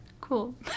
Cool